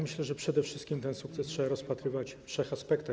Myślę, że przede wszystkim ten sukces trzeba rozpatrywać w trzech aspektach.